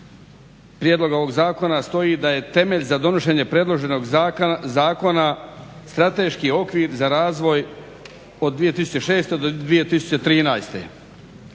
prijedloga ovoga zakona stoji da je temelj za donošenje predloženog zakona strateški okvir za razvoj od 2006. do 2013.,